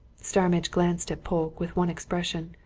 starmidge glanced at polke with one expression,